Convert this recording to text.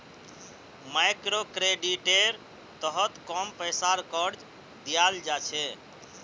मइक्रोक्रेडिटेर तहत कम पैसार कर्ज दियाल जा छे